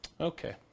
Okay